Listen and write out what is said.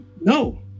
No